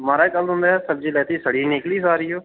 माराज कल्ल तुं'दे सब्जी लैती सड़ी दी निकली सारी ओ